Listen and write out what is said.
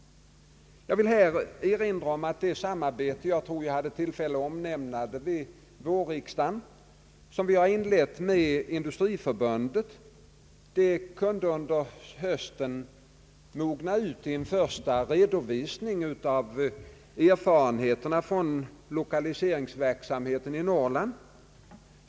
Jag erinrar om det samarbete — jag tror jag hade tillfälle att omnämna det vid vårriksdagen — som vi har inlett med Industriförbundet. Det kunde under hösten mogna ut i en första redovisning av erfarenheterna från lokaliseringsverksamheten i Norrland.